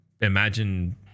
imagine